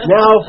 Now